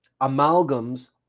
amalgams